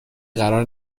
قرار